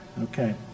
Okay